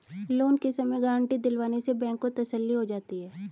loan के समय guarantee दिलवाने से बैंक को तसल्ली हो जाती है